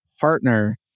partner